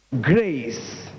grace